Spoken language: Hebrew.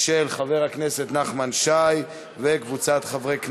של חבר הכנסת נחמן שי וקבוצת חברי הכנסת.